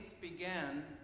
began